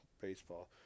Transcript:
baseball